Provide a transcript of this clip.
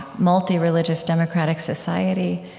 multireligious democratic society,